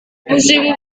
musim